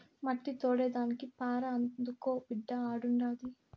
మట్టి తోడేదానికి పార అందుకో బిడ్డా ఆడుండాది